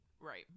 Right